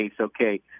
okay